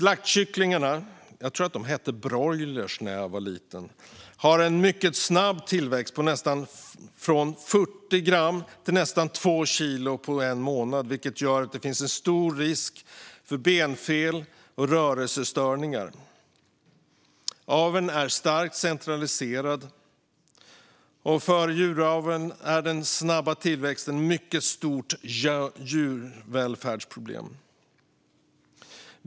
Slaktkycklingarna - jag tror att det hette broiler när jag var liten - har en mycket snabb tillväxt, från 40 gram till nästan 2 kilo på en månad. Det gör att det finns en stor risk för benfel och rörelsestörningar. Aveln är starkt centraliserad. Och för djuraveln är den snabba tillväxten ett mycket stort djurvälfärdsproblem.